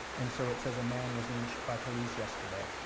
and so it says a man was lynched by police yesterday.